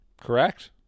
Correct